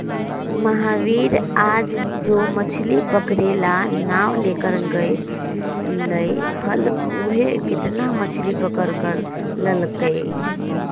महावीर आज जो मछ्ली पकड़े ला नाव लेकर गय लय हल ऊ कितना मछ्ली पकड़ कर लल कय?